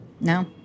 No